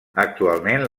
actualment